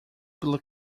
pela